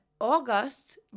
August